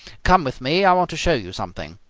come with me, i want to show you something.